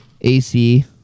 AC